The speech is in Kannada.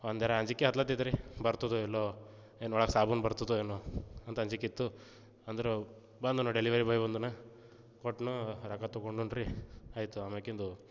ಒಂಥರ ಅಂಜಿಕೆ ಹತ್ತಲಿಕತ್ತಿತ್ತು ರೀ ಬರ್ತದೋ ಇಲ್ಲೋ ಏನು ಒಳಗೆ ಸಾಬೂನು ಬರ್ತದೋ ಏನೋ ಅಂತ ಅಂಜಿಕೆ ಇತ್ತು ಅಂದ್ರೆ ಬಂದನು ಡೆಲಿವರಿ ಬಾಯ್ ಬಂದನು ಕೊಟ್ಟನು ರೊಕ್ಕ ತೊಗೊಂಡನು ರೀ ಆಯ್ತು ಆಮ್ಯಾಲಿಂದು